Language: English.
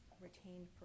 retained